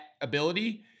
ability